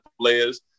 players